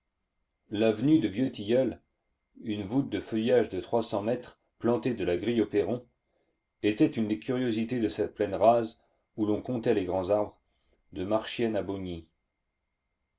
l'avenue de vieux tilleuls une voûte de feuillage de trois cents mètres plantée de la grille au perron était une des curiosités de cette plaine rase où l'on comptait les grands arbres de marchiennes à